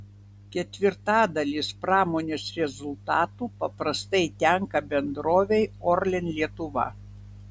ketvirtadalis pramonės rezultatų paprastai tenka bendrovei orlen lietuva